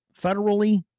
federally